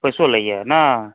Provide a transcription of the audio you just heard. पैसो लैया ने